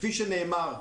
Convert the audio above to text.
כפי שנאמר,